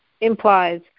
implies